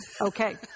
Okay